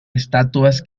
estatuas